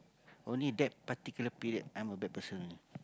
only that particular period I'm a bad person only